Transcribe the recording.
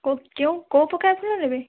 କେଉଁ କୋଉ ପ୍ରକାର ଫୁଲ ନେବେ